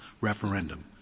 referendum